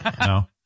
No